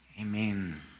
amen